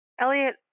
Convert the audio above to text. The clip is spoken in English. Elliot